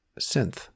synth